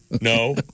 No